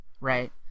right